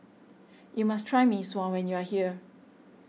you must try Mee Sua when you are here